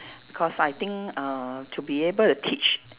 cause I think uh to be able to teach